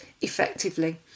effectively